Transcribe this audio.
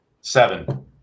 Seven